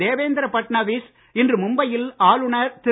தேவேந்திர பட்னவிஸ் இன்று மும்பை யில் ஆளுனர் திரு